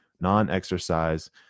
Non-exercise